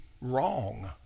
wrong